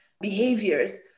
behaviors